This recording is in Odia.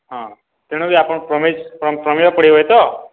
ହଁ ତେଣୁ ବି ଆପଣ୍ ପ୍ରମେୟ ପଢ଼ିବେ ତ